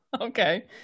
Okay